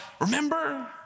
remember